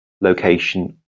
location